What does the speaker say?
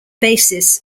basis